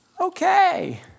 Okay